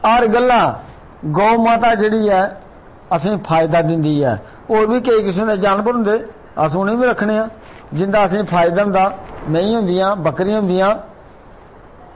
हर गल्ला गौ माता जेह्ड़ी ऐ असेंगी फायदा दिंदी ऐ होर बी केईं किस्म दे जानवर होंदे अस उनेंगी रक्खने आं जिंदा असेंगी फायदा होंदा मैंही होंदियां बक्करीं होंदियां